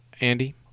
Andy